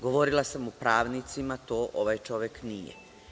Govorila sam o pravnicima, to ovaj čovek nije.